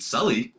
Sully